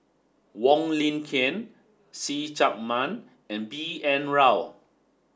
Wong Lin Ken See Chak Mun and B N Rao